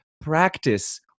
practice